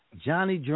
Johnny